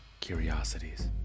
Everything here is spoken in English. curiosities